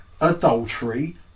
adultery